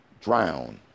drown